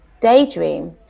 daydream